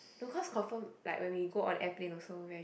no cause confirm like when we go on airplane also very